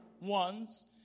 ones